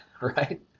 right